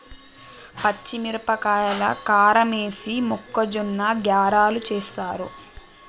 పచ్చిమిరపకాయల కారమేసి మొక్కజొన్న గ్యారలు చేస్తారు